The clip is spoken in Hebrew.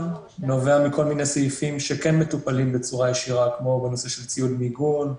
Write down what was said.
נובע מכל מיני סעיפים שכן מטופלים בצורה ישירה כמו בנושא של ציוד מיגון,